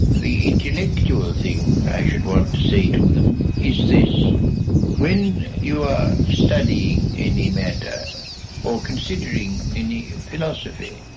the intellectual thing i should want to say to them when you are studying any matter or considering any philosophy,